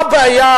מה הבעיה,